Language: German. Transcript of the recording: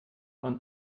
und